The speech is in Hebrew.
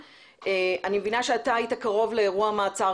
אני מבינה שאתה היית קרוב לאירוע המעצר